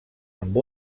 amb